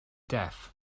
deaf